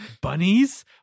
bunnies